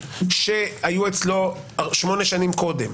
שהיו אצלו שמונה שנים קודם,